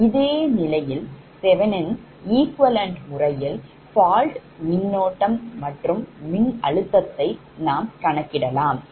இதே நிலையில் thevenin equivalent முறையில் fault மின்னோட்டம் மற்றும் மின்னழுத்ததை கணக்கிடலாம்